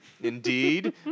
indeed